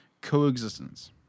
Coexistence*